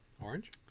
Orange